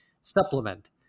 supplement